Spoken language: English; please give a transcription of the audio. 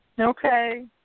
Okay